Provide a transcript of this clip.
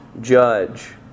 judge